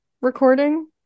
recording